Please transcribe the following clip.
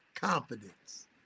confidence